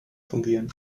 fungieren